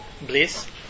bliss